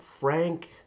Frank